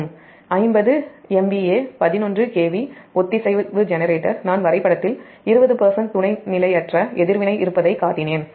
50 MVA 11 k V ஒத்திசைவுஜெனரேட்டர் நான் வரைபடத்தில் 20 துணை நிலையற்ற எதிர்வினை இருப்பதைக் காட்டினேன்